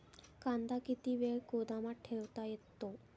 कांदा किती वेळ गोदामात ठेवता येतो?